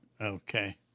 Okay